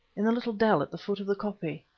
in the little dell at the foot of the koppie?